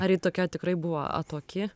ar ji tokia tikrai buvo atoki